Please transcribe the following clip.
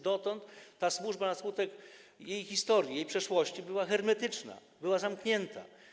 Dotychczas ta służba na skutek jej historii, jej przeszłości była hermetyczna, była zamknięta.